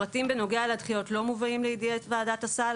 הפרטים בנוגע לדחיות לא מובאים לידי ועדת הסל